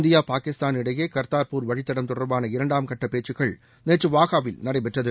India Pakistan இடையே கர்தார்புர் வழித்தடம் தொடர்பான இரண்டாம் கட்ட பேச்சுக்கள் நேற்று வாகாவில் நடைபெற்றது